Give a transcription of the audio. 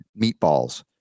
meatballs